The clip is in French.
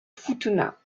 futuna